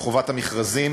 חוק חובת המכרזים,